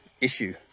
issue